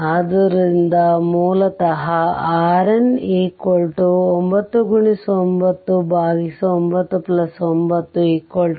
ಆದ್ದರಿಂದ ಮೂಲತಃ RN 9x999 4